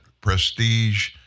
prestige